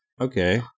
Okay